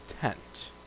tent